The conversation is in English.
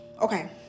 Okay